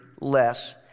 less